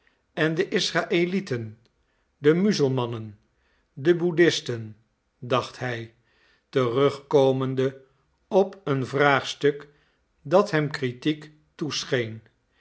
en de israëlieten de muzelmannen de buddhisten dacht hij terugkomende op een vraagstuk dat hem kritiek toescheen